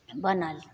बनल